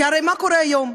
כי הרי מה קורה היום?